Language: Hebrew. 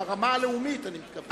ברמה הלאומית, אני מתכוון.